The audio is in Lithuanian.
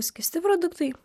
skysti produktai